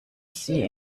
sie